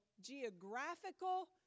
geographical